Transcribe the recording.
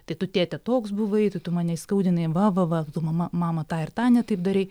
tai tu tėte toks buvai tai tu mane įskaudinai va va va tu mama mama tą ir tą ne taip darei